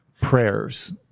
prayers